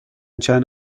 چند